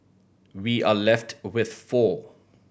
we are left with four